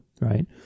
right